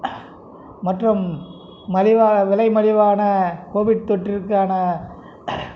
மற்றும் மலிவான விலை மலிவான கோவிட் தொற்றுக்கான